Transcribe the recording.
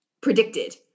predicted